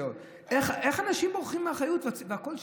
איך אנשים בורחים מאחריות והכול שקט?